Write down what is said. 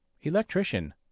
Electrician